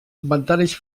inventaris